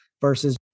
versus